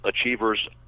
achievers